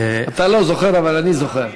אתה לא זוכר אבל אני זוכר.